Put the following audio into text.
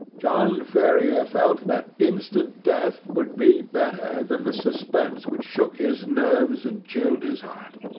john ferrier felt that instant death would be better than the suspense which shook his nerves and chilled his heart.